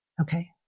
Okay